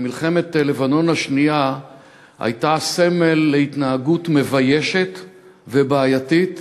במלחמת לבנון השנייה הייתה סמל להתנהגות מביישת ובעייתית,